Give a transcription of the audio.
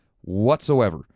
whatsoever